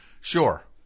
Sure